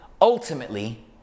ultimately